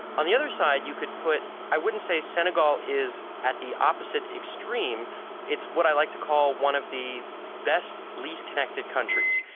on the other side you would put i wouldn't say senegal is at the opposite extreme it's what i like to call one of the best, least-connected countries.